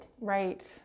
right